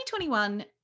2021